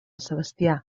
sebastià